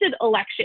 election